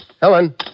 Helen